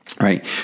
Right